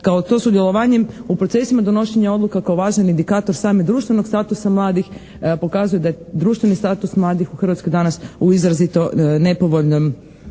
kao to sudjelovanjem u procesima donošenja odluka kao važan indikator samog društvenog statusa mladih pokazuje da je društveni status mladih u Hrvatskoj danas u izrazito nepovoljnom